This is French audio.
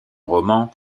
roman